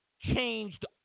changed